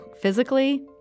physically